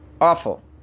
Awful